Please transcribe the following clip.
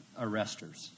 arresters